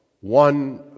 one